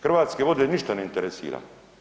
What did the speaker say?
Hrvatske vode ništa ne interesira.